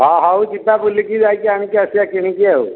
ହଁ ହଉ ଯିବା ବୁଲିକି ଯାଇକି ଆଣିକି ଆସିବା କିଣିକି ଆଉ